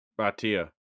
Batia